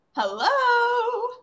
Hello